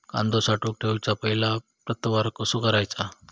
कांदो साठवून ठेवुच्या पहिला प्रतवार कसो करायचा?